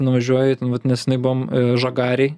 nuvažiuoju ten vat neseniai buvom žagarėj